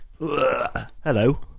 Hello